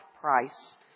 price